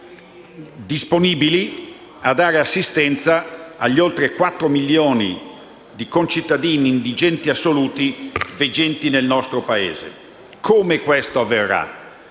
disponibili a dare assistenza agli oltre 4 milioni di concittadini indigenti assoluti del nostro Paese. Come avverrà